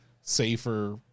safer